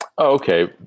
okay